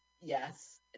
Yes